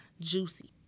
Juicy